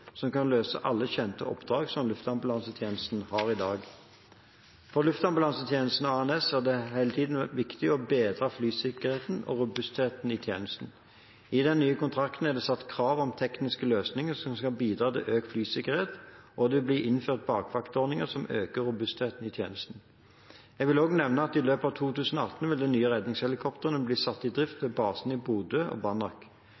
som kan løse alle kjente oppdrag som luftambulansetjenesten har i dag. For Luftambulansetjenesten ANS er det hele tiden viktig å bedre flysikkerhet og robusthet i tjenesten. I de nye kontraktene er det satt krav om tekniske løsninger som skal bidra til økt flysikkerhet, og det vil bli innført bakvaktordning som øker robustheten i tjenesten. Jeg vil også nevne at i løpet av 2018 vil de nye redningshelikoptrene bli satt i drift